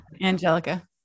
Angelica